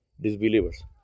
disbelievers